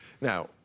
Now